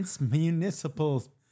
Municipal